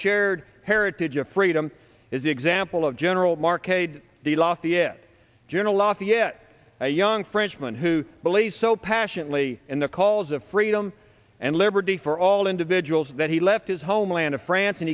shared heritage of freedom is the example of general mark aid the lofty if general lafayette a young frenchman who believes so passionately in the calls of freedom and liberty for all individuals that he left his homeland of france and